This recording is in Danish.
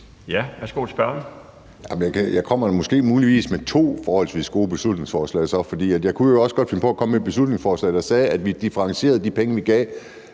Kim Edberg Andersen (NB): Jeg kommer så muligvis med to forholdsvis gode beslutningsforslag, for jeg kunne også godt finde på at komme med et beslutningsforslag, der foreslog, at vi differentierede de beløb, vi gav